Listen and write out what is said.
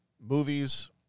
movies